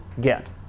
get